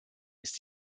ist